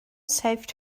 saved